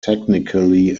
technically